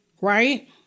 right